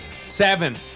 Seven